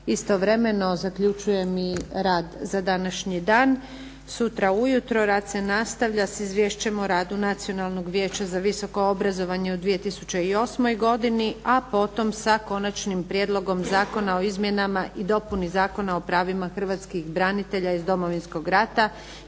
Istovremeno zaključujem i rad za današnji dan. Sutra ujutro rad se nastavljam sa Izvješćem o radu Nacionalnog vijeća za visokoobrazovanje u 2008. godini, da potom sa Konačnim prijedlogom zakona o izmjenama i dopuna Zakona o pravima Hrvatskih branitelja iz Domovinskog rata